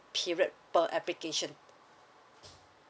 period per application